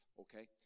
Okay